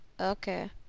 Okay